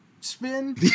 spin